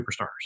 Superstars